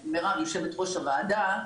מירב, יושבת-ראש הוועדה,